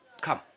come